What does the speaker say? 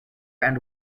and